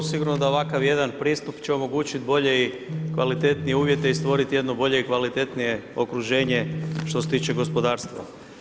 Sigurno da ovakav jedan pristup će omogućiti bolje i kvalitetnije uvjete i stvoriti jedno bolje i kvalitetnije okruženje što se tiče gospodarstva.